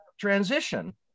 transition